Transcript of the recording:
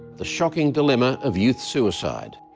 the shocking dilemma of youth suicide.